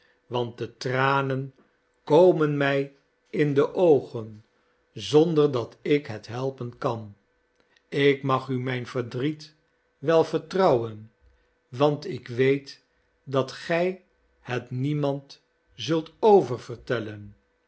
want de tranen komen mij in de oogen zonder dat ik het helpen kan ik mag u mijn verdriet wel vertrouwen want ik weet dat gij het niemand zult oververtellen